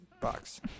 box